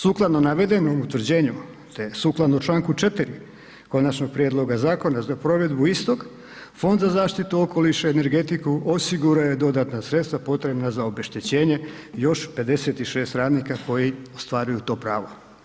Sukladno navedenom utvrđenju te sukladno čl. 4 konačnog prijedloga zakona za provedbu istog, Fond za zaštitu okoliša i energetiku, osigurao je dodatna sredstva potrebna za obeštećenje još 56 radnika koji ostvaruju to pravo.